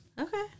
Okay